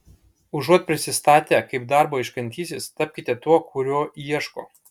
užuot prisistatę kaip darbo ieškantysis tapkite tuo kurio ieško